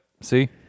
see